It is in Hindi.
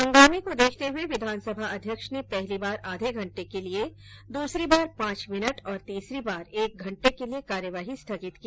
हमामे को देखते हुए विधानसभा अध्यक्ष ने पहली बार आधा घंटे के लिए दूसरी बार पांच मिनट और तीसरी बार एक घंटे के लिए कार्यवाही स्थगित की